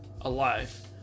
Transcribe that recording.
alive